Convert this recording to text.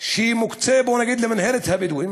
שמוקצה, בואו נגיד, למינהלת הבדואים,